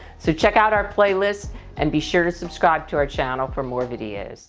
so check out our playlist and be sure to subscribe to our channel for more videos.